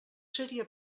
seria